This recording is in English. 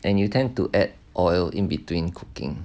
and you tend to add oil in between cooking